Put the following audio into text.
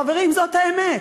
חברים, זאת האמת,